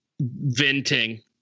venting